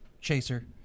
chaser